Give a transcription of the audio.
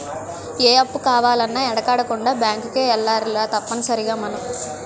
ఏ అప్పు కావాలన్నా యెనకాడకుండా బేంకుకే ఎల్లాలిరా తప్పనిసరిగ మనం